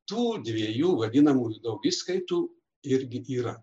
tų dviejų vadinamų daugiskaitų irgi yra